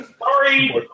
Sorry